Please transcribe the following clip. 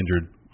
injured